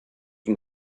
und